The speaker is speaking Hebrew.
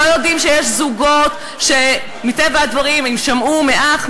לא יודעים שיש זוגות שמטבע הדברים הם שמעו מאח,